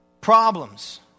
Problems